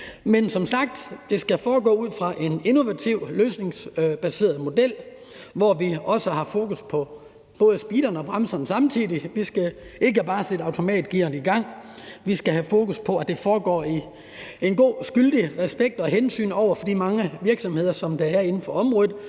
Men som sagt skal det foregå ud fra en innovativ, løsningsbaseret model, hvor vi også har fokus på både speederen og bremserne samtidig. Vi skal ikke bare sætte automatgearet i gang, vi skal have fokus på, at det foregår med skyldig respekt og hensyn over for de mange virksomheder, som der er inden for området,